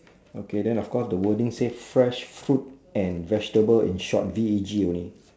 okay then of course the wording says fresh fruit and vegetable in short V E G only